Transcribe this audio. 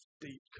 deep